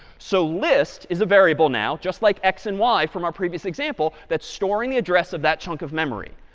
so list is a variable now, just like x and y from our previous example, that's storing the address of that chunk of memory.